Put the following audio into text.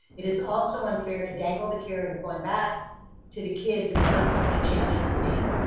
it is also unfair to dangle the carrot of going back to the kids and constantly changing the date.